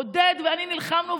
עודד ואני נלחמנו.